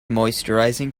moisturising